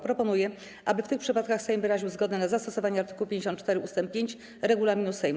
Proponuję, aby w tych przypadkach Sejm wyraził zgodę na zastosowanie art. 54 ust. 5 regulaminu Sejmu.